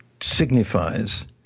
signifies